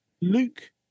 Luke